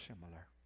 similar